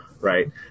right